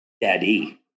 Daddy